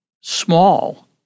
small